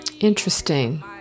Interesting